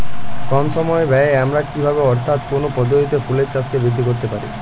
কম সময় ব্যায়ে আমরা কি ভাবে অর্থাৎ কোন পদ্ধতিতে ফুলের চাষকে বৃদ্ধি করতে পারি?